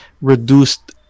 reduced